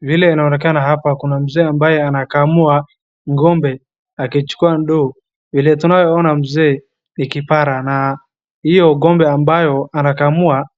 Vile inaonekana hapa kuna mzee ambaye anakamua ng'ombe akichukua ndoo. Vile tunavyo ona mzee ni kipara, na hiyo ng'ombe ambayo anakamua,